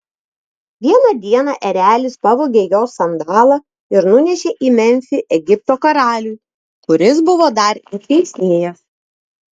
vieną dieną erelis pavogė jos sandalą ir nunešė į memfį egipto karaliui kuris buvo dar ir teisėjas